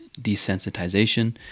desensitization